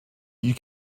you